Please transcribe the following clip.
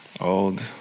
old